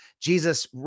Jesus